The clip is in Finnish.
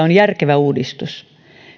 on järkevä uudistus